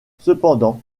cependant